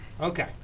Okay